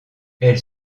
elle